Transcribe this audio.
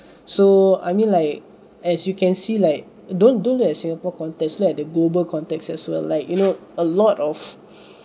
so I mean like as you can see like don't don't look at singapore context lah the global context as well like you know a lot of